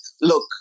look